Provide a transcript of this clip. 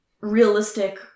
realistic